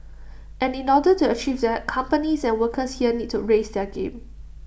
and in order to achieve that companies and workers here need to raise their game